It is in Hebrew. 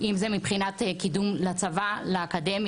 וזה כואב לי ברמה האישית לשמוע שעוד פעם מדברים על תקציב.